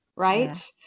Right